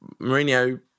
Mourinho